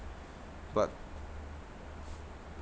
but